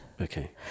Okay